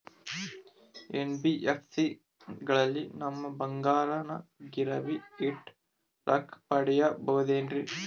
NBFC ಗಳಲ್ಲಿ ನಮ್ಮ ಬಂಗಾರನ ಗಿರಿವಿ ಇಟ್ಟು ರೊಕ್ಕ ಪಡೆಯಬಹುದೇನ್ರಿ?